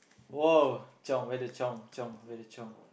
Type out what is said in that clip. !woah! chiong where the chiong chiong where the chiong